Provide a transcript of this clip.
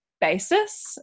basis